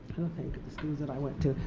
think of the schools that i went to,